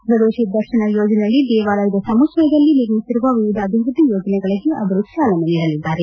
ಸ್ವದೇಶಿ ದರ್ಶನ್ ಯೋಜನೆಯಡಿ ದೇವಾಲಯದ ಸಮುಚ್ಛಯದಲ್ಲಿ ನಿರ್ಮಿಸಿರುವ ವಿವಿಧ ಅಭಿವೃದ್ಧಿ ಯೋಜನೆಗಳಿಗೆ ಅವರು ಚಾಲನೆ ನೀಡಲಿದ್ದಾರೆ